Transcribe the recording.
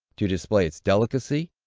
to display its delicacy,